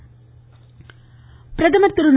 பிரதமர் பிரதமர் திரு